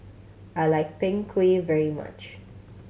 I like Png Kueh very much